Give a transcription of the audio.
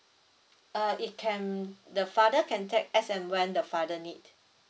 uh it can the father can take as and when the father need